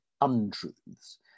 untruths